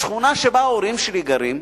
בשכונה שבה ההורים שלי גרים,